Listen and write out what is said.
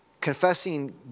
confessing